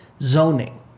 zoning